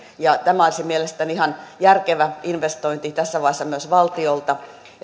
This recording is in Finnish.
tämä olisi mielestäni ihan järkevä investointi tässä vaiheessa myös valtiolta